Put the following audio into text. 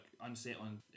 unsettling